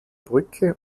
brücke